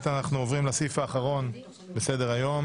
כעת אנחנו עוברים לסעיף האחרון בסדר היום,